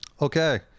Okay